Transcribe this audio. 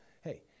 hey